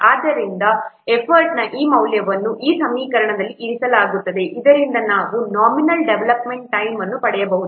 ಆದ್ದರಿಂದ ಎಫರ್ಟ್ನ ಈ ಮೌಲ್ಯವನ್ನು ಈ ಸಮೀಕರಣದಲ್ಲಿ ಇರಿಸಲಾಗುತ್ತದೆ ಇದರಿಂದ ನಾವು ನಾಮಿನಲ್ ಡೆವಲಪ್ಮೆಂಟ್ ಟೈಮ್ ಅಲ್ಲಿ ಪಡೆಯಬಹುದು